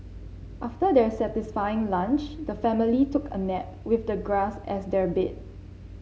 after their satisfying lunch the family took a nap with the grass as their bed